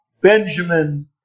Benjamin